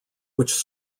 which